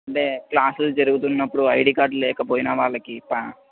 అంటే క్లాసులు జరుగుతున్నప్పుడు ఐడి కార్డ్ లేకపోయిన వాళ్ళకి